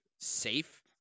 safe